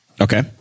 Okay